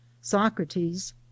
Socrates